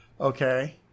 okay